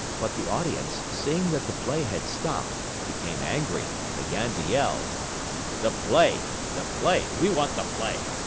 but the audience, seeing that the play had stopped, became angry and began to yell the play, the play, we want the play!